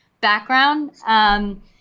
background